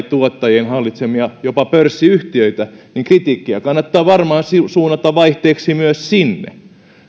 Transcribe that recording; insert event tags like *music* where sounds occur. *unintelligible* tuottajien hallitsemia jopa pörssiyhtiöitä niin kritiikkiä kannattaa varmaan suunnata vaihteeksi myös sinne